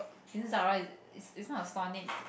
is it Zara is is not a store name